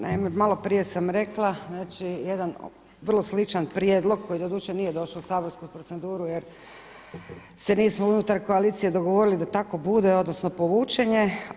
Naime, maloprije sam rekla znači jedan vrlo sličan prijedlog koji doduše nije došao u saborsku proceduru jer se nismo unutar koalicije dogovorili da tako bude odnosno povučen je.